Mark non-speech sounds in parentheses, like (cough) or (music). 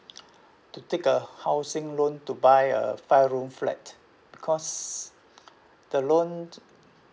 (noise) to take a housing loan to buy a five room flat because the loan